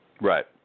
Right